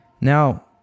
Now